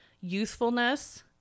youthfulness